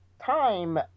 time